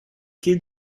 quai